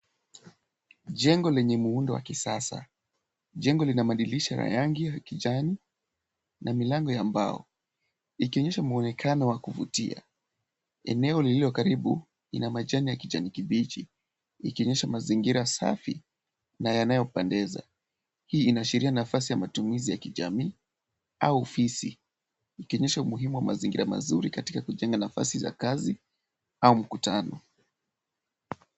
Jengo lenye muundo wa kisasa. Jengo lina madirisha ya rangi ya kijani na milango ya mbao, ikionyesha mwonekano wa kuvutia. Eneo lililo karibu lina majani ya kijani kibichi ikionyesha mazingira safi na yanayopendeza. Hii inaashiria nafasi ya matumizi ya kijamii au ofisi ikionyesha umuhimu wa mazingira mazuri katika kujenga nafasi za kazi au mkutano.